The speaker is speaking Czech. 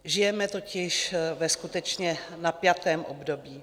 Žijeme totiž ve skutečně napjatém období.